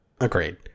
Agreed